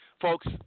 Folks